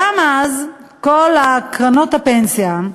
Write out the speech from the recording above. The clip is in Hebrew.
גם אז, כל קרנות הפנסיה,